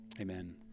Amen